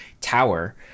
tower